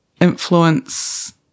influence